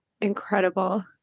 Incredible